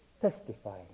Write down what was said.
testifying